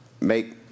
make